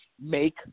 make